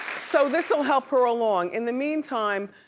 so this'll help her along. in the meantime,